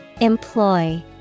Employ